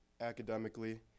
academically